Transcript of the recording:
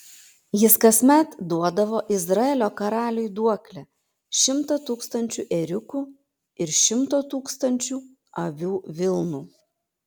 jis kasmet duodavo izraelio karaliui duoklę šimtą tūkstančių ėriukų ir šimto tūkstančių avių vilnų